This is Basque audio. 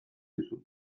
duzu